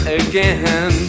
again